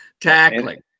tackling